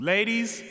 Ladies